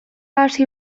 hasi